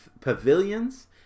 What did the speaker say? pavilions